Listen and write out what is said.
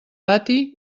pati